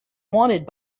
wanted